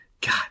God